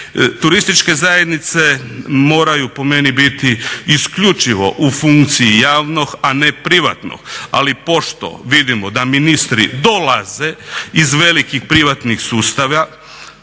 Turističke zajednice moraju, po meni, biti isključivo u funkciji javnog a ne privatnog. Ali pošto vidimo da ministri dolaze iz velikih privatnih sustava,